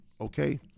okay